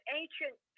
ancient